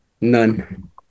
None